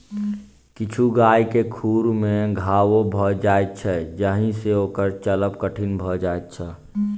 किछु गाय के खुर मे घाओ भ जाइत छै जाहि सँ ओकर चलब कठिन भ जाइत छै